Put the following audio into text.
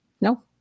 No